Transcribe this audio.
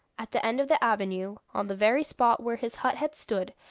at the end of the avenue, on the very spot where his hut had stood,